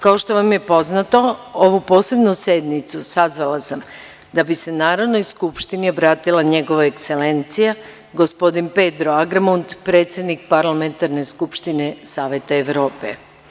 Kao što vam je poznato, ovu posebnu sednicu sazvala sam da bi se Narodnoj skupštini obratila Njegova Ekselencija, gospodin Pedro Agramunt, predsednik Parlamentarne skupštine Saveta Evrope.